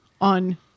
on